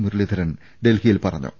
മുരളീധരൻ ഡൽഹിയിൽ പറഞ്ഞു